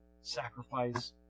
sacrifice